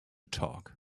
talk